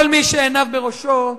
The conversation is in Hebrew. כל מי שעיניו בראשו,